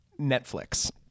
Netflix